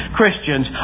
Christians